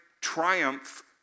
triumph